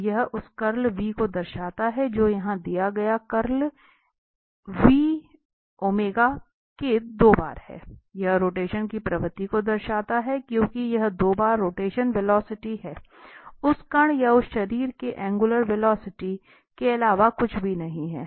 तो यह उस कर्ल को दर्शाता है जो यहां दिया गया है कर्ल के दो बार है यह रोटेशन की प्रवृत्ति को दर्शाता है क्योंकि यह दो बार रोटेशनल वेलॉसिटी है उस कण या उस शरीर के एंगुलर वेलॉसिटी के अलावा कुछ भी नहीं है